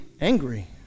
angry